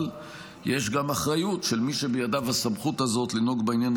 אבל יש גם אחריות של מי שבידיו הסמכות הזאת לנהוג בעניין